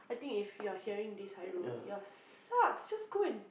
I think if you're hearing this you're sucks just go and